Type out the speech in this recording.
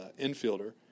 infielder